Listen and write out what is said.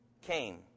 came